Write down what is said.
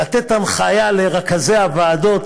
לתת הנחיה לרכזי הוועדות,